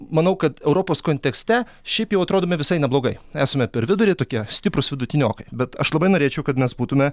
manau kad europos kontekste šiaip jau atrodome visai neblogai esame per vidurį tokie stiprūs vidutiniokai bet aš labai norėčiau kad mes būtumėme